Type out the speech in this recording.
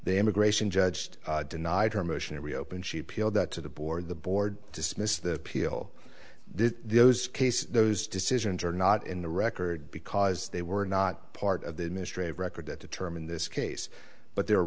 the immigration judged denied her motion to reopen she appealed that to the board the board dismissed the peel those cases those decisions are not in the record because they were not part of the administrative record that determine this case but they are